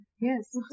yes